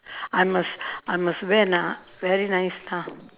I must I must wear lah very nice lah